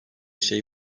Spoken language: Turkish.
şey